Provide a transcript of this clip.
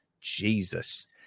Jesus